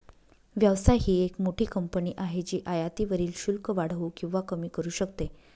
व्यवसाय ही एक मोठी कंपनी आहे जी आयातीवरील शुल्क वाढवू किंवा कमी करू शकते